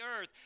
earth